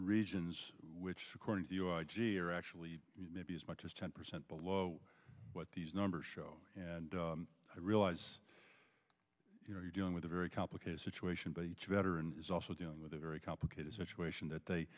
regions which according to you i g are actually maybe as much as ten percent below what these numbers show and i realize you know you're dealing with a very complicated situation but each veteran is also dealing with a very complicated situation that they